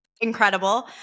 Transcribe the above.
incredible